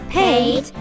paid